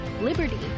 liberty